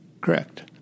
Correct